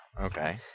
Okay